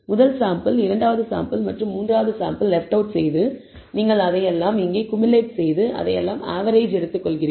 முதல் சாம்பிள் இரண்டாவது சாம்பிள் மற்றும் மூன்றாவது சாம்பிள் லெஃப்ட் அவுட் செய்து நீங்கள் அதையெல்லாம் இங்கே குமுலேட் செய்து அதையெல்லாம் ஆவெரேஜ் எடுத்துக்கொள்கிறீர்கள்